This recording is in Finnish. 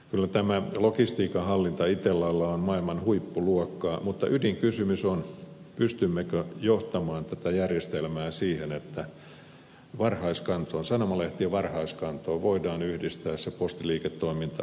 kyllä tämä logistiikan hallinta itellalla on maailman huippuluokkaa mutta ydinkysymys on pystymmekö johtamaan tätä järjestelmää siihen että varhaiskantoon sanomalehtien varhaiskantoon voidaan yhdistää se postiliiketoiminta